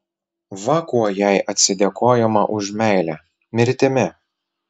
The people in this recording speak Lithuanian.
va kuo jai atsidėkojama už meilę mirtimi